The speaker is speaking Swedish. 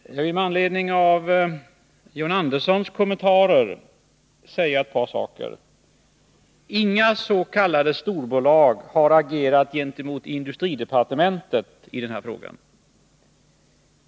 Herr talman! Jag vill med anledning av John Anderssons kommentarer säga följande: Inga s.k. storbolag har agerat gentemot industridepartementet i den här frågan.